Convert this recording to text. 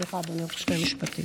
סליחה, אדוני, עוד שני משפטים.